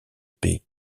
paix